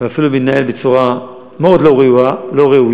ואפילו מתנהל בצורה מאוד לא ראויה.